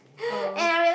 oh